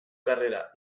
carrera